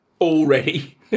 already